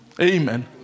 Amen